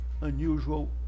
unusual